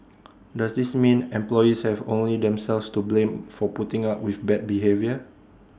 does this mean employees have only themselves to blame for putting up with bad behaviour